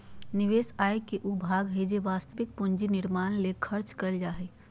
निवेश आय के उ भाग हइ जे वास्तविक पूंजी निर्माण ले खर्च कइल जा हइ